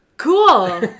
Cool